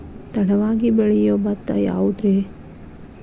ತಡವಾಗಿ ಬೆಳಿಯೊ ಭತ್ತ ಯಾವುದ್ರೇ?